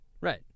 right